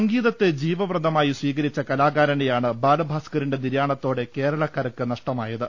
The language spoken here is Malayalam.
സംഗീതത്തെ ജീവവ്രതമായി സ്വീകരിച്ച കലാകാരനെയാണ് ബാലഭാസ്കറിന്റെ നിര്യാണത്തോടെ കേരളക്കരക്ക് നഷ്ടമായത്